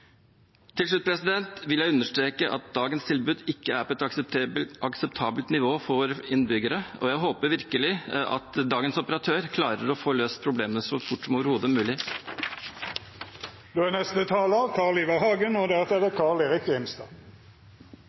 Til slutt vil jeg understreke at dagens tilbud ikke er på et akseptabelt nivå for våre innbyggere, og jeg håper virkelig at dagens operatør klarer å få løst problemene så fort som overhodet mulig. Jeg vil gjerne komme tilbake til noe som begynner å interessere meg mer og